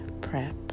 Prep